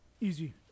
Easy